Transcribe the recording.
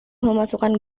memasukkan